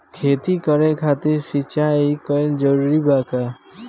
खेती करे खातिर सिंचाई कइल जरूरी बा का?